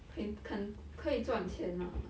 can 肯可以赚钱啦